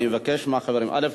אני מבקש מהחברים: א.